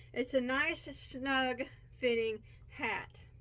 it's a nice ah snug fitting hat